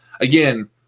again